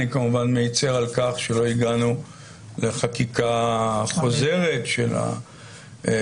אני כמובן מצר על-כך שלא הגענו לחקיקה חוזרת של החוק,